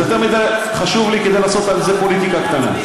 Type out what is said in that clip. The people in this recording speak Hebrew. זה יותר מדי חשוב לי מכדי לעשות על זה פוליטיקה קטנה.